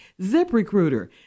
ZipRecruiter